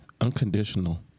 Unconditional